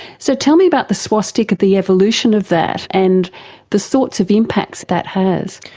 so tell me about the swastika, the evolution of that, and the sorts of impacts that has.